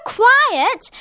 quiet